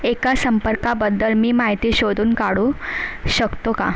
एका संपर्काबद्दल मी माहिती शोधून काढू शकतो का